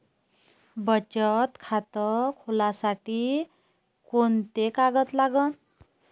बचत खात खोलासाठी कोंते कागद लागन?